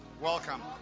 Welcome